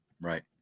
Right